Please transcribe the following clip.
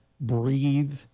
breathe